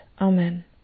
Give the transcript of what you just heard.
Amen